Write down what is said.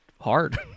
hard